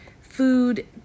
food